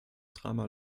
drama